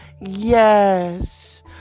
Yes